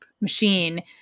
machine